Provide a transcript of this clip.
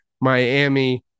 Miami